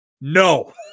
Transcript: No